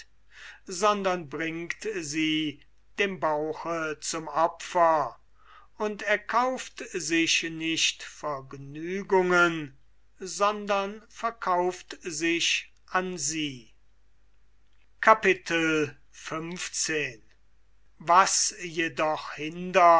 sondern bringt sie dem bauche zum opfer und erkauft sich nicht vergnügungen sondern verkauft sich an sie xv was jedoch hindert